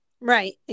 Right